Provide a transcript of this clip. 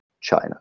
china